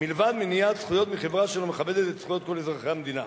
מלבד מניעת זכויות מחברה שלא מכבדת את זכויות כל אזרחי המדינה,